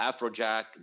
afrojack